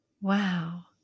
Wow